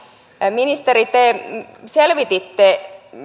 ministeri te selvititte